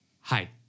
Hi